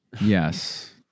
yes